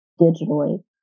digitally